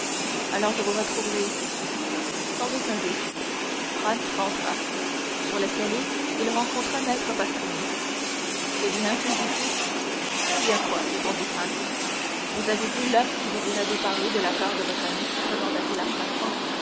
alors je vous retrouverai ici sans aucun doute franz rentra sur l'escalier il rencontra maître pastrini eh bien lui demanda-t-il eh bien quoi répondit franz vous avez vu l'homme qui désirait vous parler de la part de votre ami demanda-t-il à